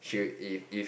she'll if if